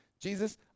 Jesus